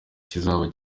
kizaba